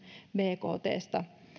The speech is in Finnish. bktstä